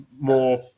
more